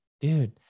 dude